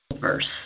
verse